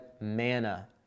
manna